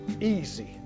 easy